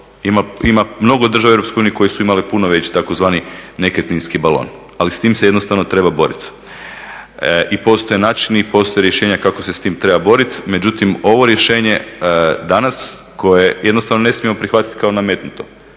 Ima mnogo država u EU koje su imale puno veći tzv. nekretninski balon ali s tim se jednostavno treba boriti. I postoje načini i postoje rješenja kako se s tim treba boriti, međutim ovo rješenje danas koje jednostavno ne smijemo prihvatiti kao nametnuto.